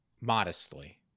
modestly